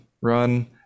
run